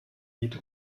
geht